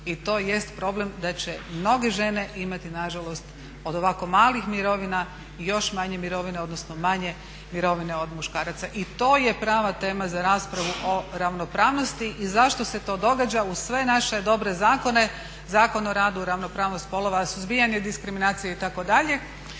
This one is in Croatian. i to jest problem da će mnoge žene imati nažalost od ovako malih mirovina još manje mirovine, odnosno manje mirovine od muškaraca. I to je prava tema za raspravu o ravnopravnosti i zašto se to događa uz sve naše dobre zakone, Zakon o radu, ravnopravnost spolova, suzbijanje diskriminacije itd. To je